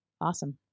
awesome